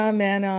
Amen